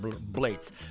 blades